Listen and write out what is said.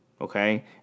okay